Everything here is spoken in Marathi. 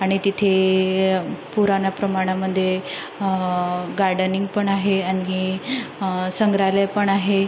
आणि तिथे पुरान्याप्रमाणामध्ये गार्डनिंग पण आहे आणि संग्रहालय पण आहे